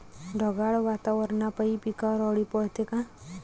ढगाळ वातावरनापाई पिकावर अळी पडते का?